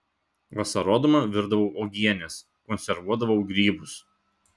vasarodama virdavau uogienes konservuodavau grybus